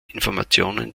informationen